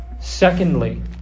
Secondly